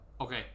Okay